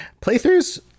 playthroughs